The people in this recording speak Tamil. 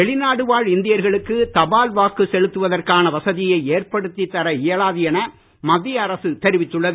வெளிநாடு வாழ் இந்தியர்களுக்கு தபால் வாக்கு செலுத்துவதற்கான வசதியை ஏற்படுத்தி தர இயலாது என மத்திய அரசு தெரிவித்துள்ளது